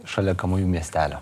šalia kamajų miestelio